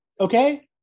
okay